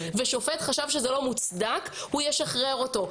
ושופט חשב שזה לא מוצדק הוא ישחרר אותו.